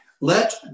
let